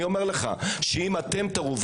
אם אתם תראו,